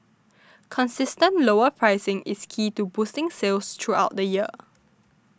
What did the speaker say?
consistent lower pricing is key to boosting sales throughout the year